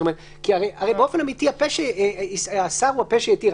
הרי באופן אמיתי הפה שאסר הוא הפה שהתיר,